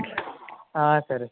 ఆ సరే సర్